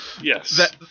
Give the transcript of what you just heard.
Yes